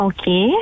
Okay